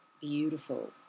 beautiful